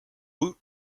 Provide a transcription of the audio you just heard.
woot